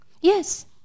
Yes